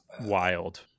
wild